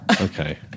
Okay